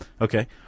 Okay